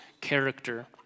character